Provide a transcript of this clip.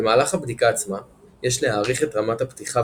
במהלך הבדיקה עצמה יש להעריך את רמת הפתיחה